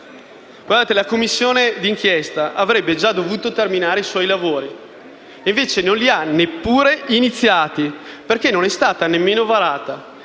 La Commissione d'inchiesta avrebbe già dovuto terminare i propri lavori e invece non li ha neppure iniziati, perché nemmeno è stata varata.